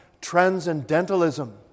transcendentalism